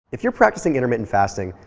if you're practicing intermittent fasting,